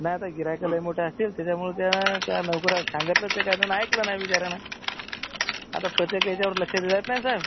नाही आता गिऱ्हाईकं लई मोठे असतील त्याच्यामुळे त्या त्या नोकराला सांगितलं तर त्याचं नाही ऐकलं नाही बिचाऱ्यानं आता प्रत्येक याच्यावर लक्ष दिलं जात नाही सर